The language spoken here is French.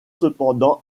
cependant